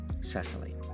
Cecily